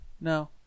no